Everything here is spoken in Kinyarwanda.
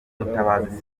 mutabazi